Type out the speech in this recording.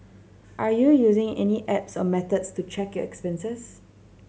are you using any apps or methods to track your expenses